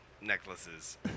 necklaces